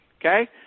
Okay